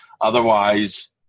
otherwise